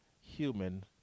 human